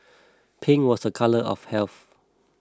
pink was a colour of health